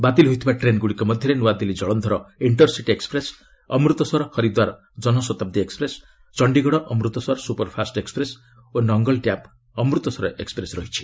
ବାତିଲ୍ ହୋଇଥିବା ଟ୍ରେନ୍ଗୁଡ଼ିକ ମଧ୍ୟରେ New Delhi Jalandhar intercity express Amritsar Haridwar Jan Shatabdi express Chandigarh Amritsar superfast express ଓ ନଙ୍ଗଲ୍ ଡ୍ୟାମ୍ ଅମୃତସର ଏକ୍ଟପ୍ରେସ୍ ରହିଛି